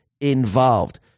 involved